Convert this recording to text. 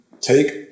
take